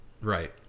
right